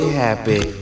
happy